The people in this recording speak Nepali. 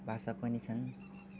भाषा पनि छन्